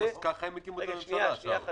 ככה הם הקימו את הממשלה, שאול.